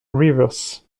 rivers